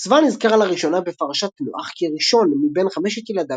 סבא נזכר לראשונה בפרשת נח כראשון מבין חמשת ילדיו